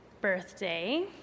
birthday